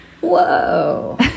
whoa